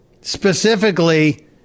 Specifically